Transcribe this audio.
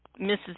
Mrs